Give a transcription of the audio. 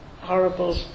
horrible